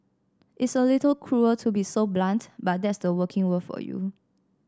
it's a little cruel to be so blunt but that's the working world for you